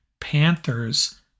Panthers